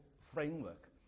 framework